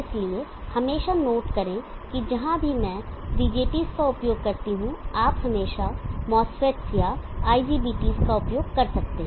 इसलिए हमेशा नोट करें कि जहां भी मैं BJTs का उपयोग करता हूं आप हमेशा MOSFETs या IGBTs का उपयोग कर सकते हैं